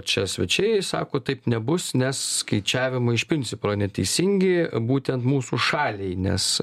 čia svečiai sako taip nebus nes skaičiavimai iš principo neteisingi būtent mūsų šaliai nes